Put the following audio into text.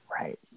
right